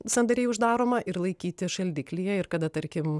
sandariai uždaromą ir laikyti šaldiklyje ir kada tarkim